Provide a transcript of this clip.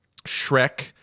Shrek